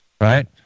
Right